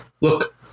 look